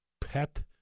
pet